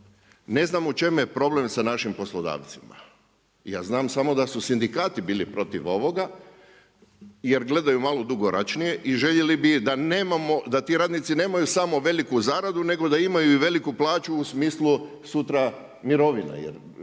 Ne znam u čemu je problem sa našim poslodavcima. Ja znam samo da su sindikati bili protiv ovoga, jer gledaju malo dugoročnije i željeli da ti radnici nemaju samo veliku zaradu nego da imaju i veliku plaću u smislu sutra mirovine jer